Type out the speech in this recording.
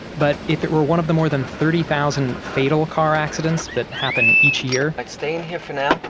but if it were one of the more than thirty thousand fatal car accidents that happen each year, like stay in here for now.